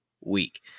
week